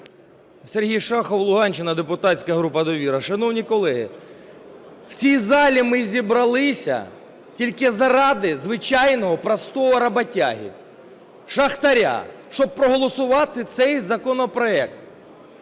Сергій Шахов, Луганщина, депутатська група "Довіра". Шановні колеги, в цій залі ми зібралися тільки заради звичайного простого роботяги – шахтаря, щоб проголосувати цей законопроект.